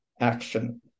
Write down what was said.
action